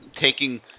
taking